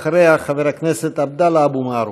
אחריה, חבר הכנסת עבדאללה אבו מערוף.